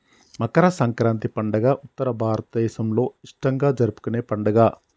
మకర సంక్రాతి పండుగ ఉత్తర భారతదేసంలో ఇష్టంగా జరుపుకునే పండుగ